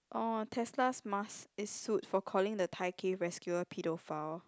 orh Tesla's Musk is sued for calling the Thai cave rescuer paedophile